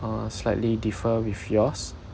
uh slightly differ with yours